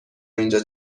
اینجا